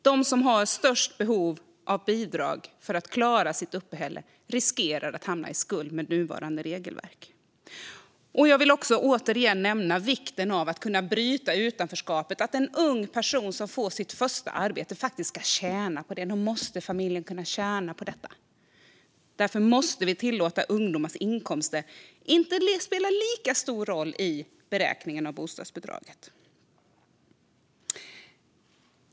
De som har störst behov av bidrag för att klara sitt uppehälle riskerar att hamna i skuld med nuvarande regelverk. Jag vill återigen nämna vikten av att bryta utanförskap. En ung person som får sitt första arbete ska tjäna på det. Familjen måste tjäna på det. Därför måste vi tillåta att ungdomars inkomster inte spelar lika stor roll i beräkningen av bostadsbidraget.